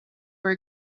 were